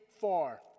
far